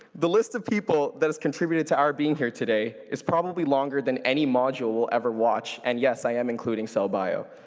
the list of people that has contributed to our being here today is probably longer than any module we'll ever watch, and yes, i am including cell bio.